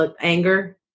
anger